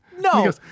No